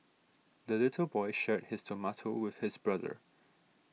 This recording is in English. the little boy shared his tomato with his brother